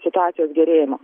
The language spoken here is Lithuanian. situacijos gerėjimo